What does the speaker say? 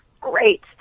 great